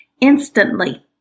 Instantly